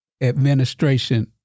administration